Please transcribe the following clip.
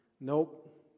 Nope